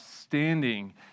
standing